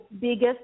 biggest